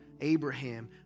Abraham